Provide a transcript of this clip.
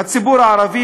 הציבור הערבי,